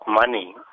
money